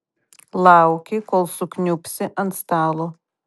lauki kol sukniubsi ant stalo